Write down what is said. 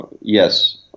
Yes